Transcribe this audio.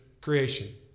creation